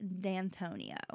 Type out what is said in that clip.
D'Antonio